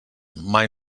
mai